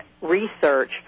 research